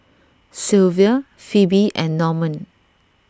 Silvia Phoebe and Normand